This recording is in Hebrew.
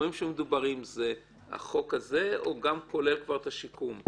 הסכומים שמדוברים זה החוק הזה או גם כולל כבר את השיקום?